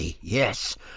Yes